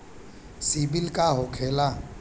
सीबील का होखेला?